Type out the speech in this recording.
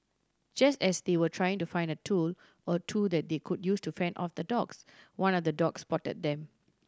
just as they were trying to find a tool or two that they could use to fend off the dogs one of the dogs spotted them